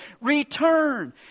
return